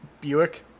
Buick